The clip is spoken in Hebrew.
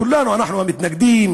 כולנו מתנגדים,